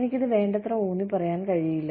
എനിക്ക് ഇത് വേണ്ടത്ര ഊന്നിപ്പറയാൻ കഴിയില്ല